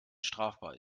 strafbar